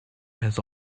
has